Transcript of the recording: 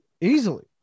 Easily